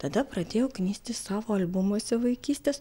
tada pradėjau knisti savo albumuose vaikystės